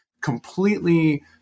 completely